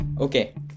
okay